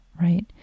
right